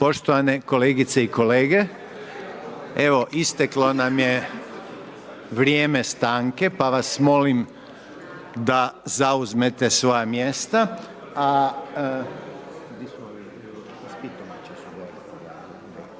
Poštovane kolegice i kolege, evo isteklo nam je vrijeme stanke pa vas molim da zauzmete svoja mjesta.